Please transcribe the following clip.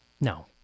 No